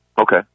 Okay